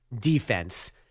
defense